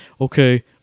okay